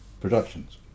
productions